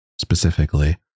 specifically